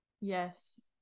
yes